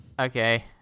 Okay